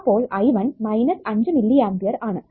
അപ്പോൾ I1 5 milliampere ആണ്